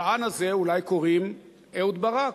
לשען הזה אולי קוראים אהוד ברק.